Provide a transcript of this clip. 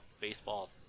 baseball